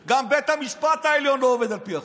החוק, גם בית המשפט העליון לא עובד על פי החוק,